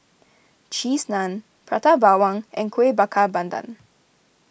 Cheese Naan Prata Bawang and Kuih Bakar Pandan